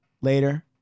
later